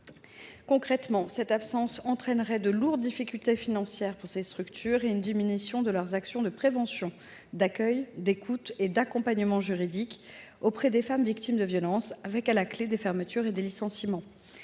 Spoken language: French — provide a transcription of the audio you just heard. Concrètement, cette absence de compensation entraînerait de lourdes difficultés financières pour ces structures et une diminution de leurs actions de prévention, d’accueil, d’écoute et d’accompagnement juridique des femmes victimes de violences, avec à la clé des fermetures et des licenciements.